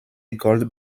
gold